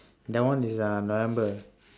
that one is uh november